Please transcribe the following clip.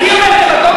אני אומר דמגוגיה?